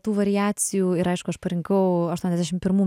tų variacijų ir aišku aš parinkau aštuoniasdešim pirmų